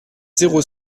zéro